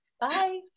Bye